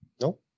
Nope